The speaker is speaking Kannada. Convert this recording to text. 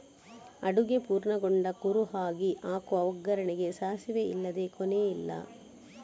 ಅಡುಗೆ ಪೂರ್ಣಗೊಂಡ ಕುರುಹಾಗಿ ಹಾಕುವ ಒಗ್ಗರಣೆಗೆ ಸಾಸಿವೆ ಇಲ್ಲದೇ ಕೊನೆಯೇ ಇಲ್ಲ